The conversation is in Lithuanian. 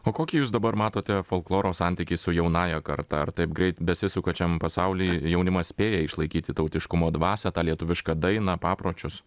o kokį jūs dabar matote folkloro santykį su jaunąja karta ar taip greit besisukančiam pasauly jaunimas spėja išlaikyti tautiškumo dvasią tą lietuvišką dainą papročius